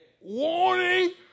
warning